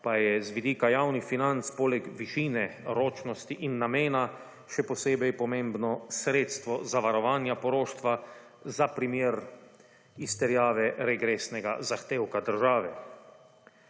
pa je z vidika javnih financ poleg višine ročnosti in namena še posebej pomembno sredstvo zavarovanja poroštva za primer izterjave regresnega zahtevka države.